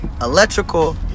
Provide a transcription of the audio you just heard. electrical